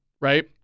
right